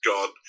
God